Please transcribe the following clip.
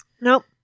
Nope